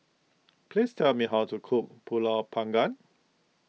please tell me how to cook Pulut Panggang